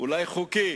אולי חוקי,